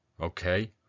Okay